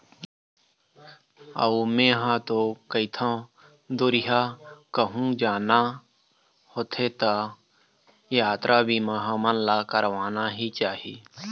अऊ मेंहा तो कहिथँव दुरिहा कहूँ जाना होथे त यातरा बीमा हमन ला करवाना ही चाही